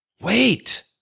wait